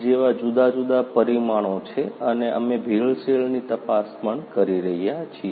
જેવા જુદા જુદા પરિમાણો છે અને અમે ભેળસેળની તપાસ પણ કરી રહ્યા છીએ